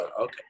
okay